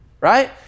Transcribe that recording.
right